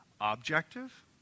Objective